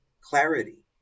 clarity